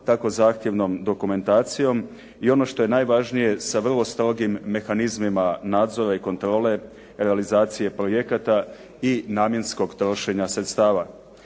tako zahtjevnom dokumentacijom i ono što je najvažnije sa vrlo strogim mehanizmima nadzora i kontrole, realizacije projekata i namjenskog trošenja sredstava.